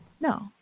no